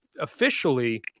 officially